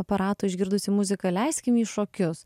aparato išgirdusi muziką leiskim į šokius